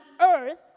earth